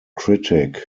critique